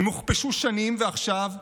הם הוכפשו שנים, ועכשיו,